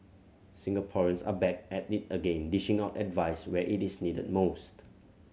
singaporeans are back at it again dishing out advice where it is needed most